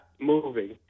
moving